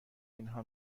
اینها